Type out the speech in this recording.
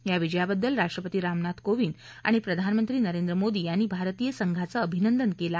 या विजयाबद्दल राष्ट्रपती रामनाथ कोविद आणि प्रधानमंत्री नरेंद्र मोदी यांनी भारतीय संघाचं अभिनदन केलं आहे